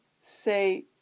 say